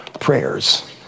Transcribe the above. prayers